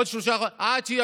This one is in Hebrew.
עוד שלושה חודשים,